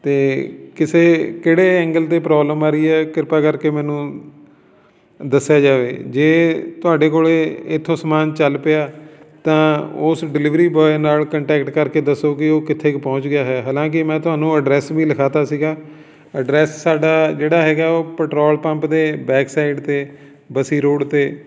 ਅਤੇ ਕਿਸੇ ਕਿਹੜੇ ਐਂਗਲ 'ਤੇ ਪ੍ਰੋਬਲਮ ਆ ਰਹੀ ਹੈ ਕਿਰਪਾ ਕਰਕੇ ਮੈਨੂੰ ਦੱਸਿਆ ਜਾਵੇ ਜੇ ਤੁਹਾਡੇ ਕੋਲ ਇਥੋਂ ਸਮਾਨ ਚੱਲ ਪਿਆ ਤਾਂ ਉਸ ਡਿਲੀਵਰੀ ਬੋਆਏ ਨਾਲ ਕੰਟੈਕਟ ਕਰਕੇ ਦੱਸੋ ਕਿ ਉਹ ਕਿੱਥੇ ਕੁ ਪਹੁੰਚ ਗਿਆ ਹੈ ਹਾਲਾਂਕਿ ਮੈਂ ਤੁਹਾਨੂੰ ਐਡਰੈਸ ਵੀ ਲਿਖਾ ਤਾ ਸੀਗਾ ਐਡਰੈਸ ਸਾਡਾ ਜਿਹੜਾ ਹੈਗਾ ਉਹ ਪੈਟਰੋਲ ਪੰਪ ਦੇ ਬੈਕ ਸਾਈਡ 'ਤੇ ਬਸੀ ਰੋਡ 'ਤੇ